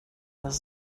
das